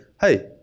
hey